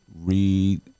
read